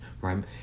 right